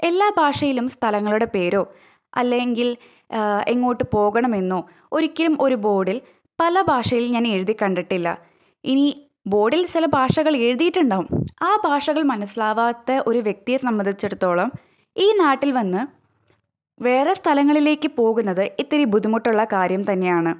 എല്ലാ ഭാഷയിലും സ്ഥലങ്ങളുടെ പേരോ അല്ലെങ്കിൽ എങ്ങോട്ട് പോകണമെന്നോ ഒരിക്കലും ഒരു ബോഡിൽ പല ഭാഷയിൽ ഞാൻ എഴുതി കണ്ടിട്ടില്ല ഇനി ബോഡിൽ ചില ഭാഷകൾ എഴുതിയിട്ടുണ്ടാവും ആ ഭാഷകൾ മനസ്സിലാവാത്ത ഒരു വ്യക്തിയെ സംബന്ധിച്ചിടത്തോളം ഈ നാട്ടിൽ വന്ന് വേറെ സ്ഥലങ്ങളിലേക്ക് പോകുന്നത് ഇത്തിരി ബുദ്ധിമുട്ടുള്ള കാര്യം തന്നെയാണ്